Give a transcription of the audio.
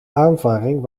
aanvaring